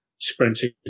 sprinting